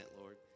Lord